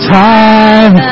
time